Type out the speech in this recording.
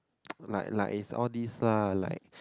like like it's all this lah like